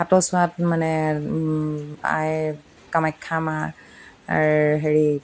সাতৰ চোৱাত মানে আই কামাখ্যা মাৰ হেৰি